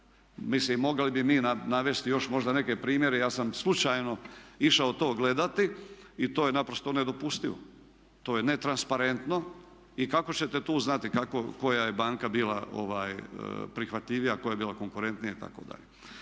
Mislim mogli bi mi navesti još možda neke primjere, ja sam slučajno išao to gledati i to je naprosto nedopustivo, to je netransparentno i kako ćete tu znati koja je banka bila prihvatljivija, koja je bila konkurentnija itd.?